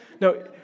No